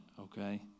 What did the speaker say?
okay